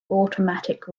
automatic